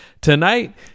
Tonight